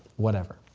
whatever.